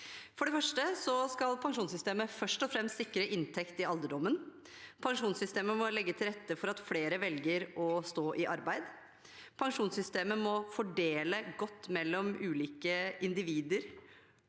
For det første skal pensjonssystemet først og fremst sikre inntekt i alderdommen. Pensjonssystemet må legge til rette for at flere velger å stå i arbeid. Pensjonssystemet må også fordele godt mellom ulike individer